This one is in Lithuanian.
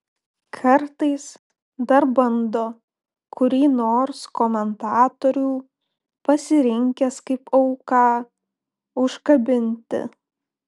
kartais dar bando kurį nors komentatorių pasirinkęs kaip auką užkabinti